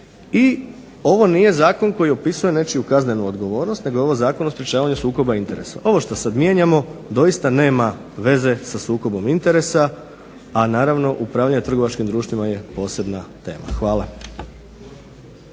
I ovo nije zakon koji opisuje nečiju kaznenu odgovornost nego je ovo Zakon o sprečavanju sukoba interesa. Ovo što sada mijenjamo doista nema veze sa sukobom interesa, a naravno upravljanje trgovačkim društvima je posebna tema. Hvala.